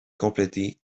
complété